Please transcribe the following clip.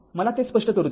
मला ते स्पष्ट करू द्या